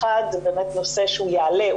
האחד זה נושא שיעלה,